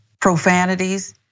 profanities